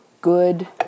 good